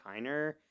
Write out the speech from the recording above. Kiner